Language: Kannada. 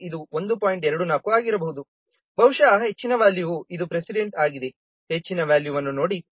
24 ಆಗಿರಬಹುದು ಬಹುಶಃ ಹೆಚ್ಚಿನ ವ್ಯಾಲ್ಯೂವು ಇದು ಪ್ರೆಸಿಡೆಂಟ್ ಆಗಿದೆ ಹೆಚ್ಚಿನ ವ್ಯಾಲ್ಯೂವನ್ನು ನೋಡಿ ತುಂಬಾ ಹೆಚ್ಚು 1